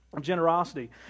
generosity